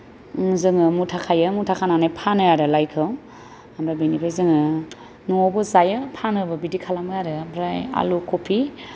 जोङो मुथा खायो मुथा खानानै फानो आरो लाइखौ ओमफ्राय बेनिफ्राय जोङो न'आवबो जायो फानोबो बिदि खालामो आरो ओमफ्राय आलु कफि